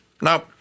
No